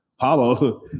Paulo